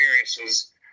experiences